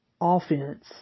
offense